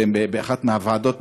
ובאחת מהוועדות,